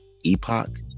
epoch